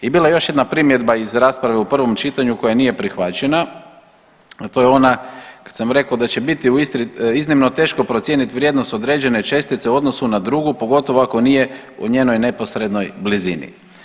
I bila je još jedna primjedba iz rasprave u prvom čitanju koja nije prihvaćena, a to je ona kad sam rekao da će biti u Istri iznimno teško procijeniti vrijednost određene čestice u odnosu na drugu pogotovo ako nije u njenoj neposrednoj blizini.